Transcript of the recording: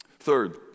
Third